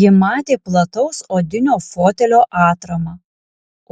ji matė plataus odinio fotelio atramą